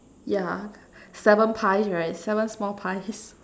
yeah seven pies right seven small pies